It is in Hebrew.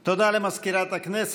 תודה למזכירת הכנסת.